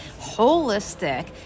holistic